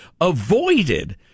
avoided